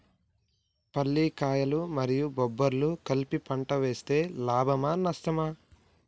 పల్లికాయలు మరియు బబ్బర్లు కలిపి పంట వేస్తే లాభమా? నష్టమా?